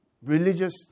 Religious